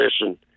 listen